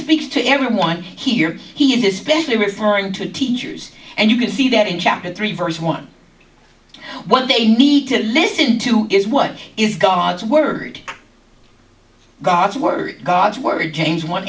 speaks to everyone here he is specially referring to teachers and you can see that in chapter three verse one what they need to listen to is what is god's word gods were gods word games one